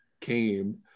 came